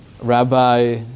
Rabbi